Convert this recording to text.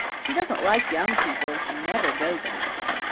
she doesn't like young people and she never goes anywhere.